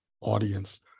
audience